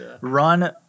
run